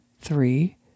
three